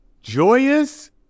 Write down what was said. joyous